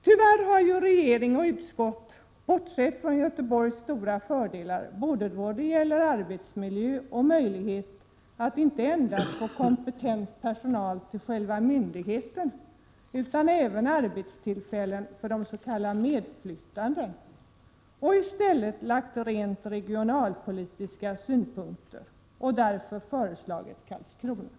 Tyvärr har regeringen och ett helt utskott bortsett från Göteborgs stora fördelar då det gäller både arbetsmiljö och möjlighet inte endast att få kompetent personal till själva myndigheten utan även arbetstillfällen för de s.k. medflyttande. I stället har man anlagt regionalpolitiska synpunkter och Prot. 1987/88:123 därför föreslagit Karlskrona.